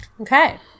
Okay